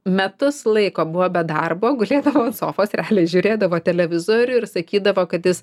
metus laiko buvo be darbo gulėdavo ant sofos realiai žiūrėdavo televizorių ir sakydavo kad jis